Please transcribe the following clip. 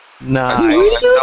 Nice